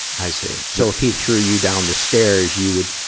i see. so if he threw you down the stairs, you would,